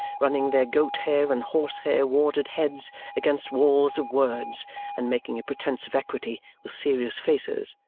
running their goat-hair and horsehair warded heads against walls of words and making a pretence of equity with serious faces,